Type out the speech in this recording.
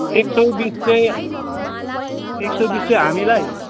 एक सौ बिस चाहिँ एक सौ बिस चाहिँ हामीलाई